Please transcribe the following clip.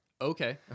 okay